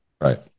Right